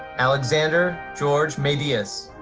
alexander george madias.